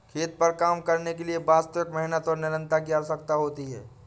खेत पर काम करने के लिए वास्तविक मेहनत और निरंतरता की आवश्यकता होती है